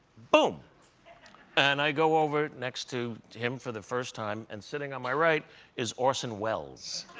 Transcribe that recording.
boom and i go over next to him for the first time and, sitting on my right is orson wells.